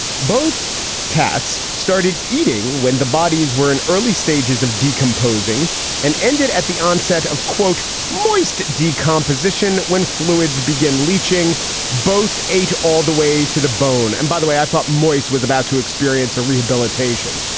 both cats started eating eating when the bodies were in early stages of decomposing and ended at the onset of, quote, moist decomposition. when fluids begin leaching both age all the way to the bone. and by the way, i thought moist was about to experience a rehabilitation.